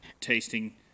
tasting